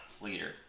leader